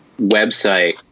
website